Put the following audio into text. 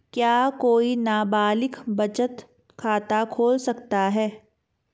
क्या कोई नाबालिग बचत खाता खोल सकता है?